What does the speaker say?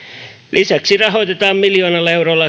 lisäksi rahoitetaan miljoonalla eurolla